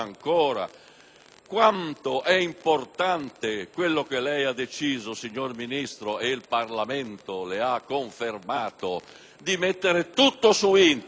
Quanto è importante quello che lei ha deciso, signor Ministro, e che il Parlamento le ha confermato, di mettere tutto su Internet!